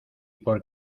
por